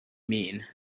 mean